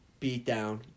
beatdown